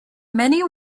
many